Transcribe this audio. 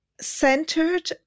centered